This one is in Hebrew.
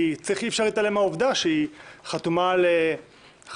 אי-אפשר להתעלם מהעובדה שהיא חתומה על הסכם